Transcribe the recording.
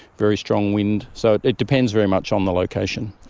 very strong wind. so it depends very much on the location.